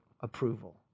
approval